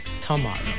tomorrow